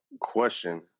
question